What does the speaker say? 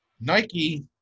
Nike